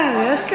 כן, יש כאן.